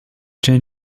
chen